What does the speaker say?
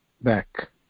back